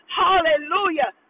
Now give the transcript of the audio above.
hallelujah